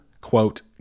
quote